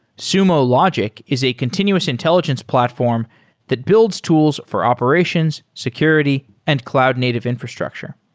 sumo logic is a continuous intelligence platform that builds tools for operations, security and cloud native infrastructure.